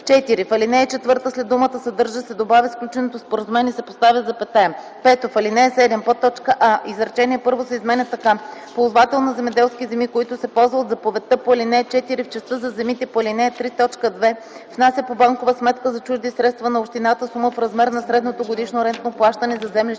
4. В ал. 4 след думата „съдържа” се добавя „сключеното споразумение” и се поставя запетая. 5. В ал. 7: а) изречение първо се изменя така: „Ползвател на земеделски земи, който се ползва от заповедта по ал. 4 в частта за земите по ал. 3, т. 2, внася по банкова сметка за чужди средства на общината сума в размер на средното годишно рентно плащане за землището